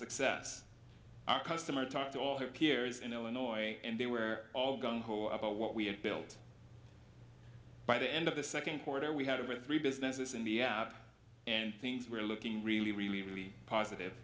success our customer talked to all their peers in illinois and they were all gung ho about what we had built by the end of the second quarter we had over three businesses in the app and things were looking really really really positive